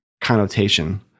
connotation